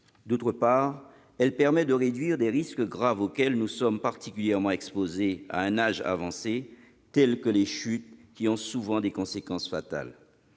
d'autre part, elle permet de réduire des risques graves auxquels nous sommes particulièrement exposés à un âge avancé, tels que les chutes, qui ont souvent des conséquences fatales.